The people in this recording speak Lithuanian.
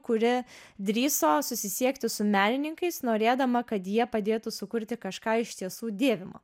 kuri drįso susisiekti su menininkais norėdama kad jie padėtų sukurti kažką iš tiesų dėvimo